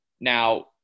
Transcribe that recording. Now